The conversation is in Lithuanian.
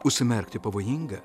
užsimerkti pavojinga